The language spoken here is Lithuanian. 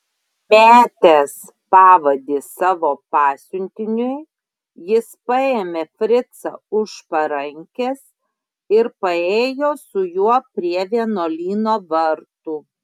metęs pavadį savo pasiuntiniui jis paėmė fricą už parankės ir paėjo su juo prie vienuolyno vartų